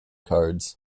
cards